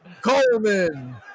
Coleman